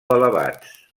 elevats